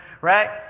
right